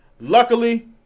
Luckily